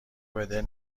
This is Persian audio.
بدل